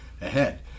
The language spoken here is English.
ahead